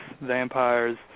vampires